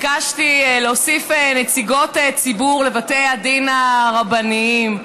ביקשתי להוסיף נציגות ציבור לבתי הדין הרבניים.